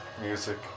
music